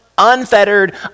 Unfettered